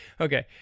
Okay